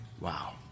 wow